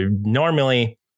normally